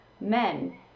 Men